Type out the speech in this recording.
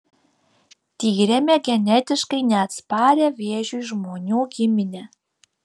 tyrėme genetiškai neatsparią vėžiui žmonių giminę